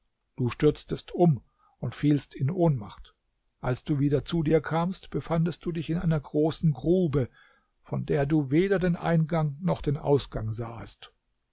du stürztest um und fielst in ohnmacht als du wieder zu dir kamst befandest du dich in einer großen grube von der du weder den eingang noch den ausgang sahest